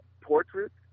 portraits